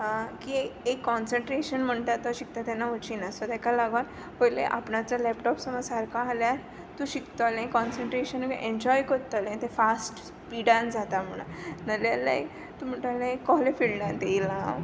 की ए एक कॉन्संट्रेशन म्हुणटा तो शिकता तेन्ना उच्ची ना सो तका लागोन पोयले आपणाचो लॅपटॉप समज सारको आहा आल्यार तूं शिकतोलें कॉन्संट्रेशन बी एन्जॉय कत्तोलें तें फास्ट स्पिडान जाता म्हुणो नाल्या लायक तूं म्हुणटोलें कोहले फिल्डांत येयलां